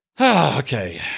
Okay